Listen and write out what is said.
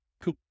Cool